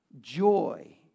joy